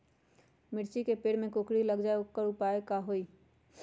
मिर्ची के पेड़ में कोकरी लग जाये त वोकर उपाय का होई?